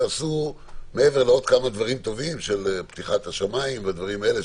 ועשו מעבר לעוד כמה דברים טובים של פתיחת השמים ודברים האלה,